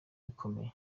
bikomeye